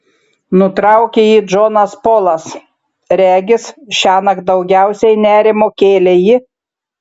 nutraukė jį džonas polas regis šiąnakt daugiausiai nerimo kėlė ji